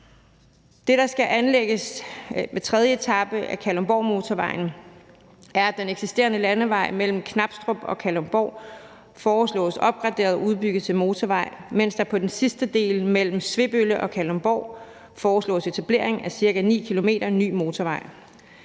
ved anlægget af tredje etape af Kalundborgmotorvejen, er, at den eksisterende landevej mellem Knabstrup og Kalundborg opgraderes og udbygges til motorvej, mens der på den sidste del mellem Svebølle og Kalundborg etableres ca. 9 km ny motorvej.